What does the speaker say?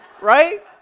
Right